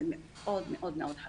זה מאוד מאוד מאוד חשוב.